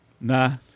Nah